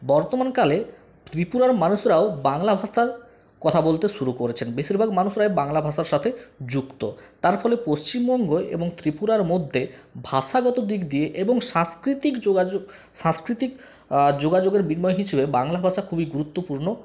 বর্তমান কালে ত্রিপুরার মানুষরাও বাংলা ভাষায় কথা বলতে শুরু করেছেন বেশিরভাগ মানুষেরাই বাংলা ভাষার সাথে যুক্ত তার ফলে পশ্চিমবঙ্গ এবং ত্রিপুরার মধ্যে ভাষাগত দিক দিয়ে এবং সাংস্কৃতিক যোগাযোগ সাংস্কৃতিক যোগাযোগের বিনিময় হিসাবে বাংলা ভাষা খুবই গুরুত্বপূর্ণ